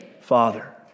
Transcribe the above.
Father